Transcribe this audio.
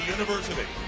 University